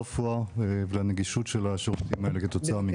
ולשירותי הרפואה ולנגישות של השירותים האלה כתוצאה מכך.